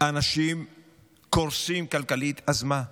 האנשים קורסים כלכלית, אז מה?